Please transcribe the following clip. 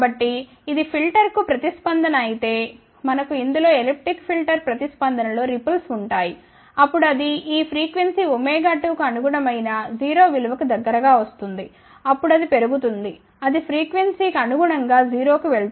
కాబట్టి ఇది ఫిల్టర్ కు ప్రతిస్పందన అయితే మనకు ఇందులో ఎలిప్టిక్ ఫిల్టర్ ప్రతిస్పందన లో రిపుల్స్ ఉంటాయి అప్పుడు అది ఈ ఫ్రీక్వెన్సీ2 కు అనుగుణమైన 0 విలువ కు దగ్గరగా వస్తుంది అప్పుడు అది పెరుగుతుంది అది ఫ్రీక్వెన్సీ కి అనుగుణంగా 0 కి వెళ్తుంది